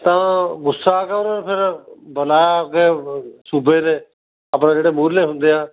ਤਾਂ ਗੁੱਸਾ ਆ ਗਿਆ ਉਹਨਾਂ ਨੂੰ ਫਿਰ ਬੁਲਾਇਆ ਅੱਗੇ ਸੂਬੇ ਦੇ ਆਪਣਾ ਜਿਹੜੇ ਮੂਹਰਲੇ ਹੁੰਦੇ ਆ